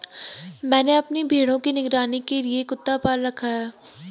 मैंने अपने भेड़ों की निगरानी के लिए कुत्ता पाल रखा है